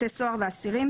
בתי סוהר ואסירים,